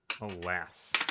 alas